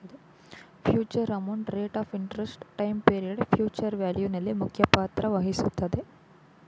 future amount, rate of interest, time period future value ನಲ್ಲಿ ಮುಖ್ಯ ಪಾತ್ರ ವಹಿಸುತ್ತದೆ